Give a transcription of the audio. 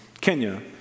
Kenya